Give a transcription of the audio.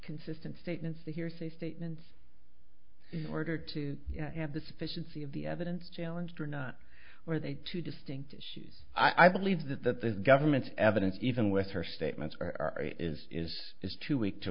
consistent statements the hearsay statements in order to have the sufficiency of the evidence challenged or not where are they two distinct issues i believe that the government's evidence even with her statements are is is is too weak to